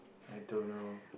I don't know